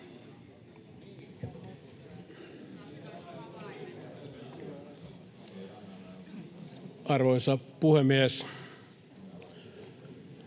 Arvoisa puhemies!